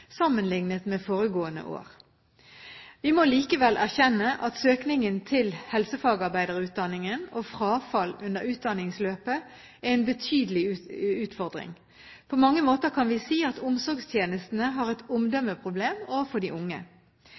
sammenlignet med foregående år. Vi må likevel erkjenne at søkningen til helsefagarbeiderutdanningen og frafall under utdanningsløpet er en betydelig utfordring. På mange måter kan vi si at omsorgstjenestene har et omdømmeproblem overfor de unge.